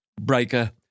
breaker